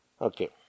Okay